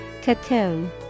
Cocoon